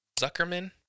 Zuckerman